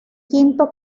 quinto